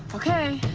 okay.